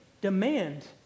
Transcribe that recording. demand